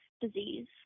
disease